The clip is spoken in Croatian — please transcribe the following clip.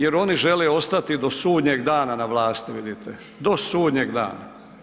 Jer oni žele ostati do sudnjeg dana na vlasti, vidite, do sudnjeg dana.